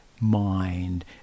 mind